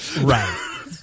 right